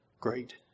great